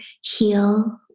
heal